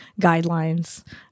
guidelines